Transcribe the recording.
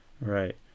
Right